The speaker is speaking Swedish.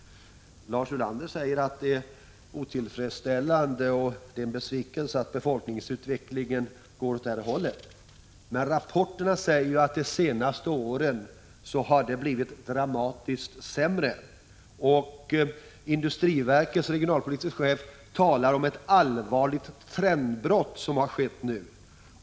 Lars Ulander säger att det är otillfredsställande och att det är en besvikelse att befolkningsutvecklingen går åt fel håll. Men rapporterna säger ju att det under det senaste året har skett en dramatisk försämring. Industriverkets regionalpolitiske chef talar om ett allvarligt trendbrott som nu har skett.